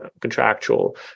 contractual